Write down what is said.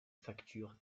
facture